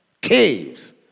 caves